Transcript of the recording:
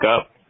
up